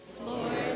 Lord